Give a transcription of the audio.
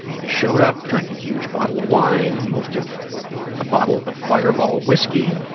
i showed up, drank a huge bottle of wine, most of a bottle of fireball whisky,